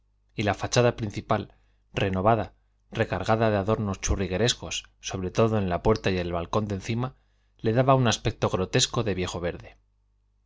y la fachada principal renovada recargada de adornos churriguerescos sobre todo en la puerta y el balcón de encima le daba un aspecto grotesco de viejo verde